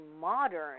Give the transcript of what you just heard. modern